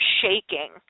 shaking